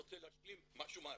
אני רוצה להשלים מה שהוא אמר.